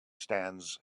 stands